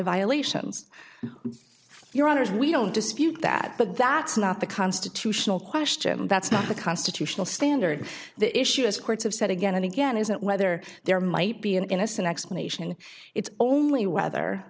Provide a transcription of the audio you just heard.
violations your honor is we don't dispute that but that's not the constitutional question that's not the constitutional standard the issue is courts have said again and again isn't whether there might be an innocent explanation it's only whether